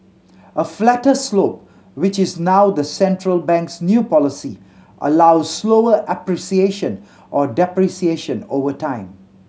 a flatter slope which is now the central bank's new policy allows slower or depreciation over time